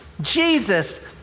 Jesus